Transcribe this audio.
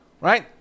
right